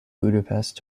budapest